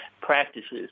practices